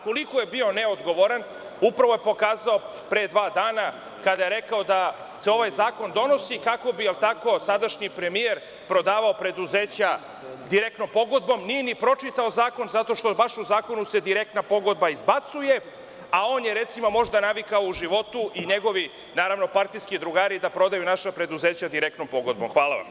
Koliko je bio neodgovoran upravo je pokazao pre dva dana kada je rekao da se ovaj zakon donosi kako bi sadašnji premijer prodavao preduzeća direktnom pogodbom, a nije ni pročitao zakon zato što se baš u zakonu direktna pogodba izbacuje, a on je recimo možda navikao u životu i njegovi partijski drugari da prodaju naša preduzeća direktnom pogodbom.